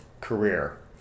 career